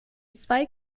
zwei